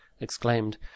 exclaimed